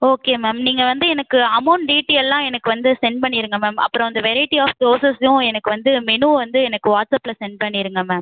okay ma'am நீங்கள் வந்து எனக்கு அமௌண்ட் டீட்டெயில்லாம் எனக்கு வந்து செண்ட் பண்ணிருங்க மேம் அப்புறம் அந்த வெரைட்டி ஆஃப் தோசஸும் எனக்கு வந்து மெனு வந்து எனக்கு வாட்ஸப்பில செண்ட் பண்ணிருங்க மேம்